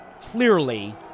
clearly